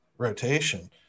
rotation